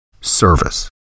Service